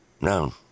No